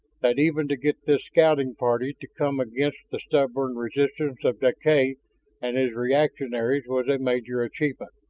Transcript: that even to get this scouting party to come against the stubborn resistance of deklay and his reactionaries was a major achievement.